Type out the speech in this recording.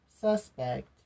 suspect